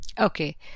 okay